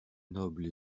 noble